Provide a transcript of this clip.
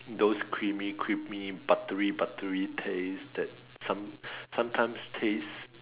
those creamy creamy buttery buttery taste that some sometimes taste